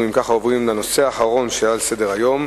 אנחנו עוברים לנושא האחרון שעל סדר-היום,